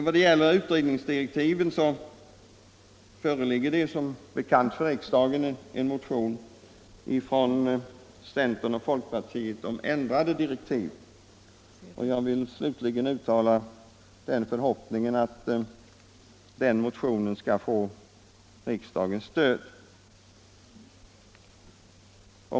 Vad gäller utredningsdirektiven föreligger det som bekant här i riksdagen en motion från centern och folkpartiet om ändrade direktiv, och jag vill slutligen uttala förhoppningen att den motionen skall få riksdagens stöd.